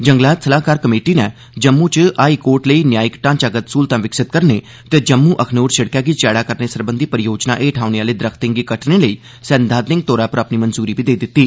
जंगलात सलाह्कार कमेटी नै जम्मू च हाईकोर्ट लेई न्यायिक ढांचागत स्हूलतां विकसित करने ते जम्मू अखनूर सिड़कै गी चैड़ा करने सरबंधी परियोजना हेठ औने अह्ले दरख्तें गी कट्टने लेई सैद्वांतिक तौरा पर अपनी मंजूरी बी देई दित्ती